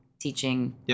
teaching